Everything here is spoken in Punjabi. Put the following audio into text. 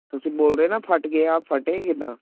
ਤੁਸੀਂ ਬੋਲ ਰਹੇ ਨਾ ਫੱਟ ਗਏ ਹਨ ਫਟੇ ਕਿੱਦਾਂ